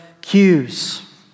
cues